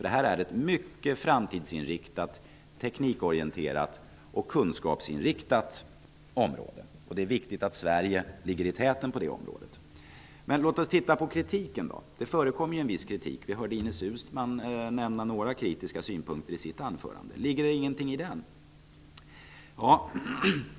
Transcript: Det är ett mycket framtidsinriktat, teknikorienterat och kunskapsinriktat område. Det är viktigt att Sverige ligger i täten på det området. Låt oss titta på kritiken. Det förekommer en viss kritik. Vi hörde Ines Uusmann nämna några kritiska synpunkter i sitt anförande. Ligger det ingenting i den?